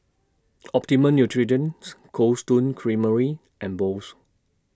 Optimum Nutrition's Cold Stone Creamery and Bose